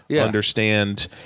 understand